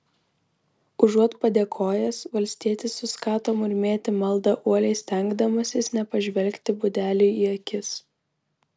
užuot padėkojęs valstietis suskato murmėti maldą uoliai stengdamasis nepažvelgti budeliui į akis